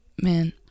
man